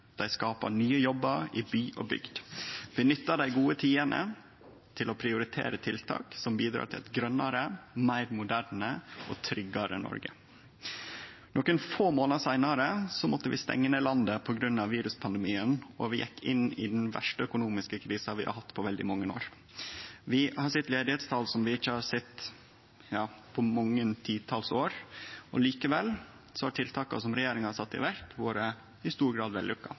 De skaper nye jobber i by og bygd. Regjeringen benytter de gode tidene til å prioritere tiltak som bidrar til et grønnere, mer moderne og tryggere Norge.» Nokre få månader seinare måtte vi stengje ned landet på grunn av viruspandemien, og vi gjekk inn i den verste økonomiske krisa vi har hatt på veldig mange år. Vi har sett arbeidsløysetal som vi ikkje har sett på mange titals år. Likevel har tiltaka som regjeringa har sett i verk, i stor grad